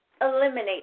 eliminate